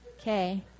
Okay